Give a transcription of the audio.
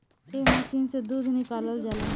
एह मशीन से दूध निकालल जाला